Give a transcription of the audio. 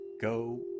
go